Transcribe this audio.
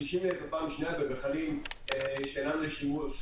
60 ליטר פעם שנייה במכלים שאינם לשימוש.